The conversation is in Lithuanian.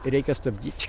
reikia stabdyt